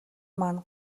минь